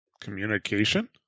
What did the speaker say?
communication